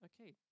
okay